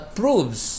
proves